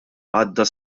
għadda